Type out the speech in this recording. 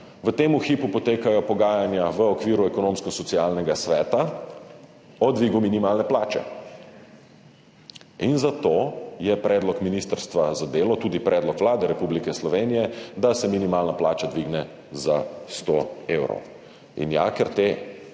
v tem hipu potekajo pogajanja v okviru Ekonomsko-socialnega sveta o dvigu minimalne plače. Zato je predlog ministrstva za delo, tudi predlog Vlade Republike Slovenije, da se minimalna plača dvigne za 100 evrov.